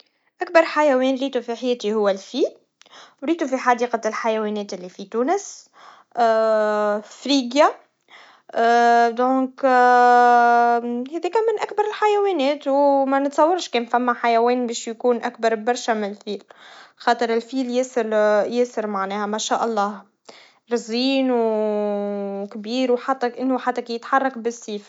أكبر حيوان شفتو كان الفيل في حديقة الحيوان. كان ضخم برشة، وكنت صغير وقتها، لكن الصورة مازالت في ذهني. الفيل كان يمشي ويشرب الماء، وكل الأطفال كانوا معاه. حسيت بفرحة كبيرة، وكان عجبني كيفاش هالحيوان الكبير يتحرك بسلاسة.